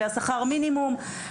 והשכר מינימום.